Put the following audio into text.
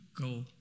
go